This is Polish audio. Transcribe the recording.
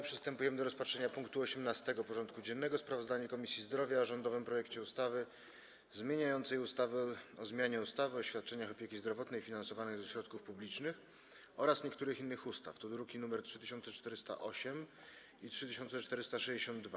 Przystępujemy do rozpatrzenia punktu 18. porządku dziennego: Sprawozdanie Komisji Zdrowia o rządowym projekcie ustawy zmieniającej ustawę o zmianie ustawy o świadczeniach opieki zdrowotnej finansowanych ze środków publicznych oraz niektórych innych ustaw (druki nr 3408 i 3462)